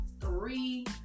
three